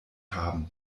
haben